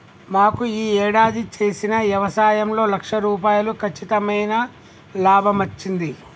మాకు యీ యేడాది చేసిన యవసాయంలో లక్ష రూపాయలు కచ్చితమైన లాభమచ్చింది